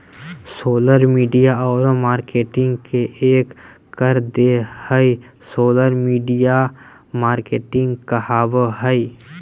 social media औरो marketing के एक कर देह हइ सोशल मिडिया मार्केटिंग कहाबय हइ